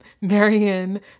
Marion